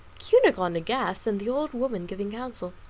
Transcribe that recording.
cunegonde aghast, and the old woman giving counsel.